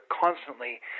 constantly